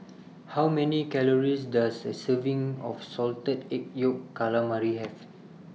How Many Calories Does A Serving of Salted Egg Yolk Calamari Have